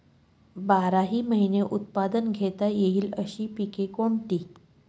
बाराही महिने उत्पादन घेता येईल अशी पिके कोणती?